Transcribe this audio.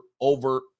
over